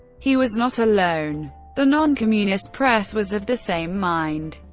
he was not alone the noncommunist press was of the same mind.